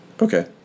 Okay